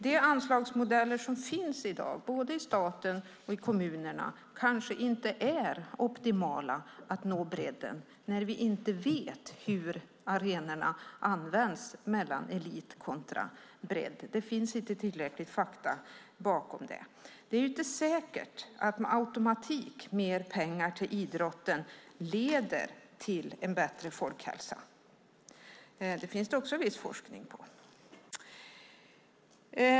De anslagsmodeller som finns i dag, både i staten och i kommunerna, kanske inte är optimala för att nå bredden, när vi inte vet hur arenorna används mellan elit kontra bredd. Det finns inte tillräckligt med fakta. Det är inte säkert att mer pengar till idrotten med automatik leder till en bättre folkhälsa. Det finns det också viss forskning om.